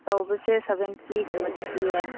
ꯑꯆꯧꯕꯁꯦ ꯁꯕꯦꯟꯇꯤꯒꯨꯝꯕꯗꯤ ꯄꯤꯌꯦ